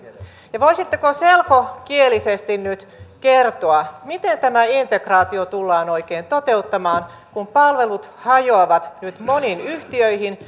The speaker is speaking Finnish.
ja voisitteko selkokielisesti nyt kertoa miten tämä integraatio tullaan oikein toteuttamaan kun palvelut hajoavat nyt moniin yhtiöihin